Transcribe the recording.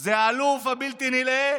זה האלוף הבלתי-נלאה